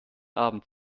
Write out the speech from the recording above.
abend